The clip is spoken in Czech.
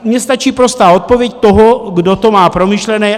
Mně stačí prostá odpověď toho, kdo to má promyšlené.